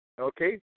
okay